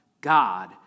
God